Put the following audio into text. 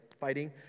fighting